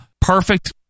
Perfect